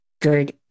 good